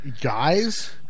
guys